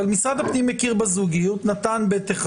אבל משרד הפנים מכיר בזוגיות ונתן ב1.